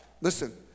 Listen